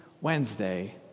Wednesday